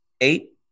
eight